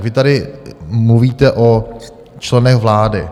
Vy tady mluvíte o členech vlády.